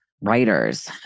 writers